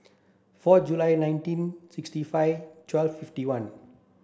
four July nineteen sixty five twelve fifty one